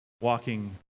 walking